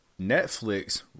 Netflix